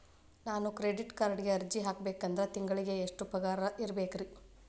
ನಾನು ಕ್ರೆಡಿಟ್ ಕಾರ್ಡ್ಗೆ ಅರ್ಜಿ ಹಾಕ್ಬೇಕಂದ್ರ ತಿಂಗಳಿಗೆ ಎಷ್ಟ ಪಗಾರ್ ಇರ್ಬೆಕ್ರಿ?